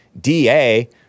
DA